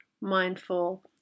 mindful